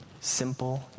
simple